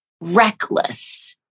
reckless